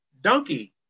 donkey